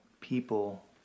people